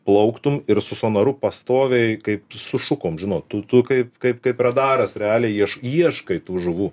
plauktum ir su sonaru pastoviai kaip su šukom žinot tu tu kaip kaip kaip radaras realiai ieš ieškai tų žuvų